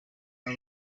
aba